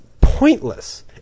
pointless